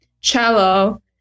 cello